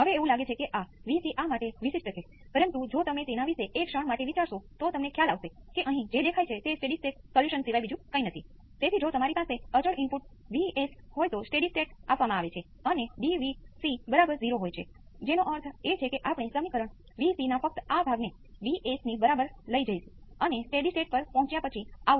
હું પહેલેથી જ જવાબ જાણું છું જે અહીં ફાયદો છે મેં સુપર પોઝિશન કર્યું input V p exponential j ω t ϕ હોવાનું બહાર આવ્યું અને તેનો જવાબ હું પહેલેથી જ જાણું છું પછી શું